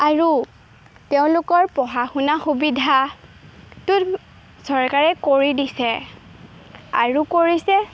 আৰু তেওঁলোকৰ পঢ়া শুনা সুবিধাটোত চৰকাৰে কৰি দিছে আৰু কৰিছে